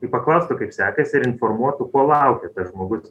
ir paklaustų kaip sekasi ir informuotų ko laukia tas žmogus